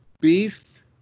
beef